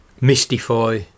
mystify